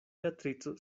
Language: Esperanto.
beatrico